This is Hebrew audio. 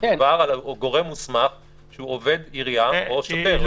שמדובר בגורם מוסמך שהוא עובד עירייה או שוטר.